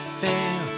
fail